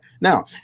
Now